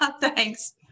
thanks